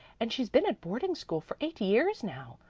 and she's been at boarding school for eight years now,